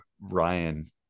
Ryan